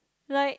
like